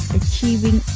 achieving